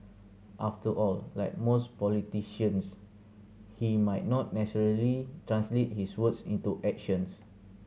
after all like most politicians he might not necessarily translate his words into actions